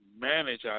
manage